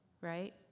right